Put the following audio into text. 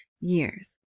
years